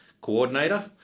Coordinator